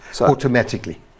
automatically